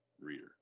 reader